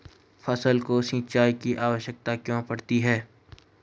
फसलों को सिंचाई की आवश्यकता क्यों पड़ती है?